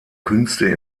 künste